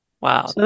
Wow